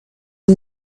این